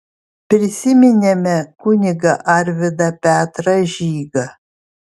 prisiminėme kunigą arvydą petrą žygą